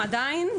עדיין,